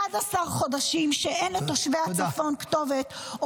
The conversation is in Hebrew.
11 חודשים שאין לתושבי הצפון כתובת -- תודה.